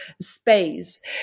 space